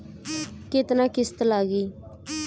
केतना किस्त लागी?